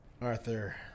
Arthur